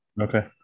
Okay